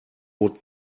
would